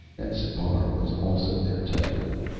and sipar was also their taboo,